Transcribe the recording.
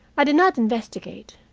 i did not investigate.